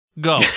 Go